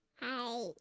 Hi